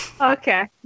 Okay